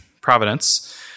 Providence